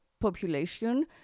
population